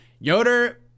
Yoder